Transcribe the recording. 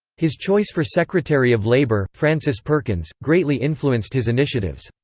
his choice for secretary of labor, frances perkins, greatly influenced his initiatives.